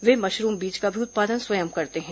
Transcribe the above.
वे mushroom बीज का उत्पादन भी स्वयं करते हैं